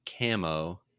Camo